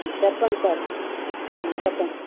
చెప్పండి సార్ చెప్పండి